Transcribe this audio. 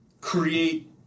create